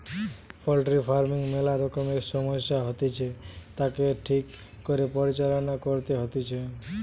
poultry farming ম্যালা রকমের সমস্যা হতিছে, তাকে ঠিক করে পরিচালনা করতে হইতিছে